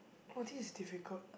!wah! this is difficult